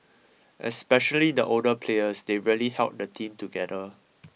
especially the older players they really held the team together